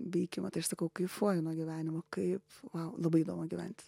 veikimo tai aš sakau kaifuoju nuo gyvenimo kaip vau labai įdomu gyventi